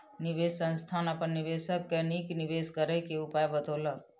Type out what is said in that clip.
निवेश संस्थान अपन निवेशक के नीक निवेश करय क उपाय बतौलक